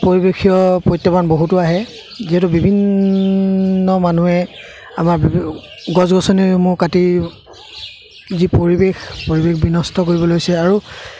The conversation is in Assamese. পৰিৱেশীয় প্ৰত্যাহ্বান বহুতো আহে যিহেতু বিভিন্ন মানুহে আমাৰ গছ গছনিসমূহ কাটি যি পৰিৱেশ পৰিৱেশ বিনষ্ট কৰিব লৈছে আৰু